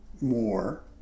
more